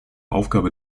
aufgabe